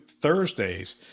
Thursdays